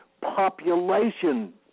population